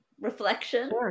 reflection